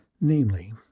Namely